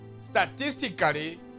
Statistically